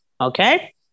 okay